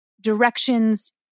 directions